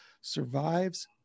survives